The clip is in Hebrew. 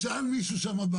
שאל מישהו שם,